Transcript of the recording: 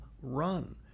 run